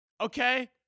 Okay